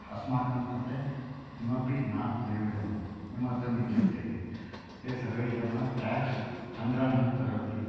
अस्माकं कृते किमपि न प्रयोजनं किमर्थम् इत्युक्ते ते सर्वे जनाः टेक्स् सङ्ग्रहणं करोति